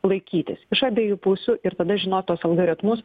laikytis iš abiejų pusių ir tada žinot tuos algoritmus